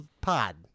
pod